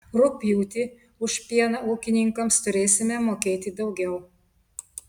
rugpjūtį už pieną ūkininkams turėsime mokėti daugiau